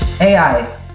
AI